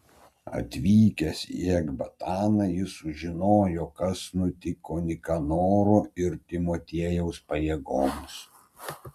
atvykęs į ekbataną jis sužinojo kas nutiko nikanoro ir timotiejaus pajėgoms